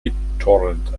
bittorrent